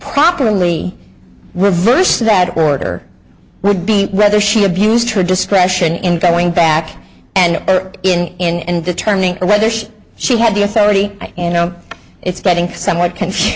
properly reversed that order would be whether she abused her discretion in going back and in determining whether she had the authority you know it's getting somewhat co